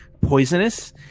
poisonous